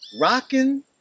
Rockin